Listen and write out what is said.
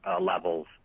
levels